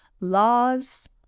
laws